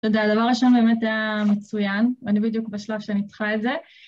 תודה, הדבר הראשון באמת היה מצוין, אני בדיוק בשלב שאני צריכה את זה.